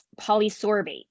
polysorbate